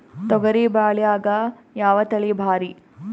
ತೊಗರಿ ಬ್ಯಾಳ್ಯಾಗ ಯಾವ ತಳಿ ಭಾರಿ?